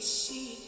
see